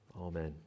Amen